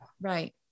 right